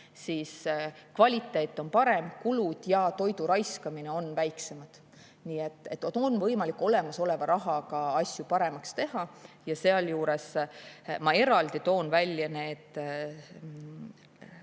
siis kvaliteet on parem, kulud ja toidu raiskamine on väiksemad. Nii et on võimalik olemasoleva rahaga asju paremaks teha. Ja sealjuures ma eraldi toon välja need